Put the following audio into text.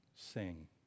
Sing